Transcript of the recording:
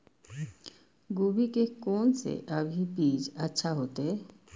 गोभी के कोन से अभी बीज अच्छा होते?